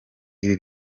ibi